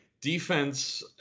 defense